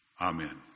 Amen